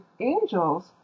angels